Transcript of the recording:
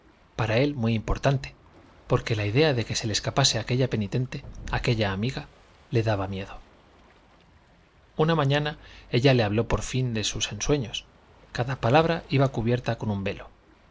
para él muy importante porque la idea de que se le escapase aquella penitente aquella amiga le daba miedo una mañana ella le habló por fin de sus ensueños cada palabra iba cubierta con un velo